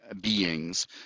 beings